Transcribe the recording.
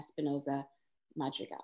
Espinoza-Madrigal